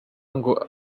ngo